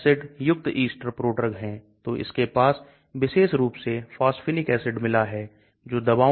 फिर एक filter paper या एक centrifuge का उपयोग करके ठोस और घुलित मात्रा का आकलन करते हैं